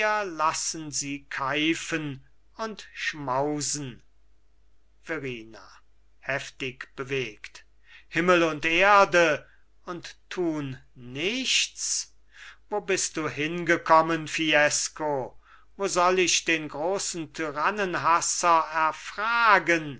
lassen sie keifen und schmausen verrina heftig bewegt himmel und erde und tun nichts wo bist du hingekommen fiesco wo soll ich den großen tyrannenhasser erfragen